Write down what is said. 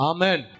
Amen